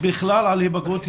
בכלל על היפגעות ילדים,